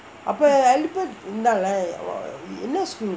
அப்பே:appae albert இருந்தான்:irunthaan lah என்ன:enna school